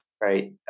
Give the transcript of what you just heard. Right